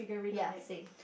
ya same